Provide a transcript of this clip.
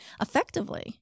effectively